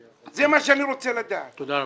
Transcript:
תודה.